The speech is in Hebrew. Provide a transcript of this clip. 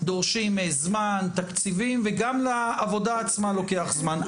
דורשים זמן, תקציבים, וגם לעבודה עצמה לוקח זמן.